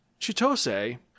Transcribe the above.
Chitose